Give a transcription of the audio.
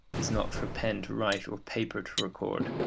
is not for pen to write or paper to record.